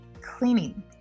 cleaning